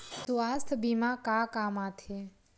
सुवास्थ बीमा का काम आ थे?